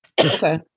Okay